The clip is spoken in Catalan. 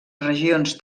regions